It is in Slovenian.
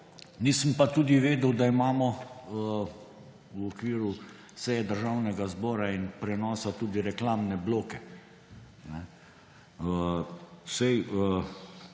Nisem pa vedel, da imamo v okviru seje Državnega zbora in prenosa tudi reklamne bloke. Saj